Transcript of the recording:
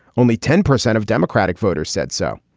only ten percent of democratic voters said so.